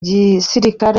gisirikare